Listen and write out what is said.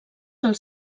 els